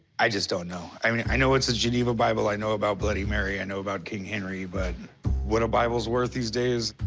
i just don't know. i mean, i know it's a geneva bible. i know about bloody mary. i know about king henry. but what a bible is worth these days,